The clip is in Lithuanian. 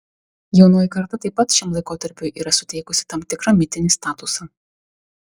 jaunoji karta taip pat šiam laikotarpiui yra suteikusi tam tikrą mitinį statusą